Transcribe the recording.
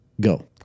Go